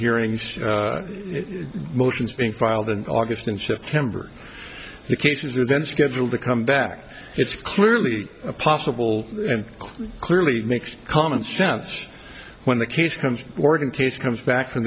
hearings motions being filed in august and september the cases are then scheduled to come back it's clearly possible and clearly makes common sense when the case comes organ case comes back in